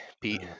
Pete